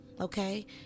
okay